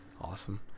Awesome